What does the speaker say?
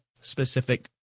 specific